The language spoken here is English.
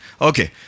Okay